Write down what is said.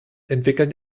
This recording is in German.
entwickeln